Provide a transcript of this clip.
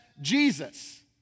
Jesus